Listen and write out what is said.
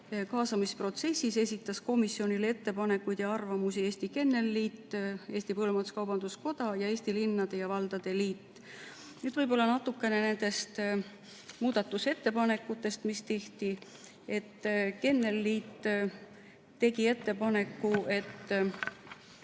Kaasamisprotsessis esitasid komisjonile ettepanekuid ja arvamusi Eesti Kennelliit, Eesti Põllumajandus-Kaubanduskoda ning Eesti Linnade ja Valdade Liit. Nüüd natuke nendest muudatusettepanekutest, mis tehti. Kennelliit tegi ettepaneku